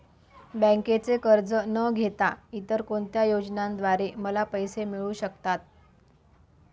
बँकेचे कर्ज न घेता इतर कोणत्या योजनांद्वारे मला पैसे मिळू शकतात?